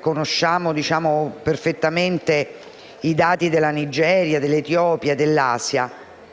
Conosciamo perfettamente i dati della Nigeria, dell'Etiopia e dell'Asia.